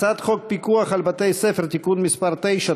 הצעת חוק פיקוח על בתי-ספר (תיקון מס' 9),